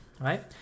right